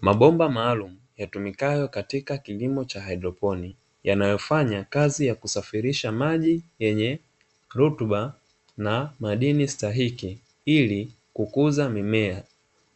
Mabomba maalumu, yatumikayo katika kilimo cha haidroponi, yanayofanya kazi ya kusafirisha maji yenye rutuba na madini stahiki ili kukuza mimea.